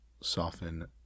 Soften